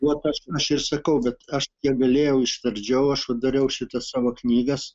vat aš aš ir sakau bet aš kiek galėjau ištardžiau aš va dariau šitas savo knygas